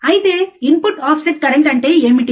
ఐతే input offset current అంటే ఏంటి